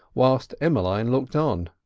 whilst emmeline looked on.